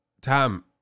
Tom